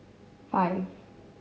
five